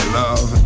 love